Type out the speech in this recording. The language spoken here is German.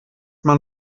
man